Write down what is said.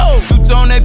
Two-tone